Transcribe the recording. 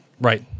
Right